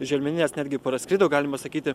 želmeninės netgi praskrido galima sakyti